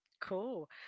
Cool